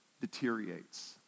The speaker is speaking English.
deteriorates